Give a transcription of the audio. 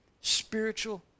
spiritual